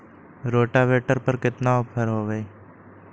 Rotavator पर केतना offer हव?